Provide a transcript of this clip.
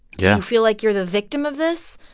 yeah feel like you're the victim of this,